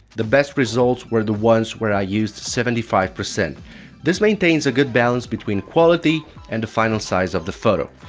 the best results were the ones where i used seventy five. this maintains a good balance between quality and the final size of the photo.